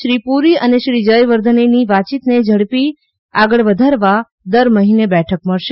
શ્રી પુરી અને શ્રી જયવર્ધનેની વાતચીતને ઝડપી આગળ વધારવા દર મહિને બેઠક મળશે